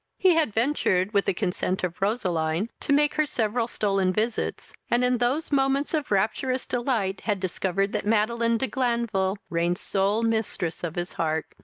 he had ventured, with the consent of roseline, to make her several stolen visits, and in those moments of rapturous delight had discovered that madeline de glanville reigned sole mistress of his heart.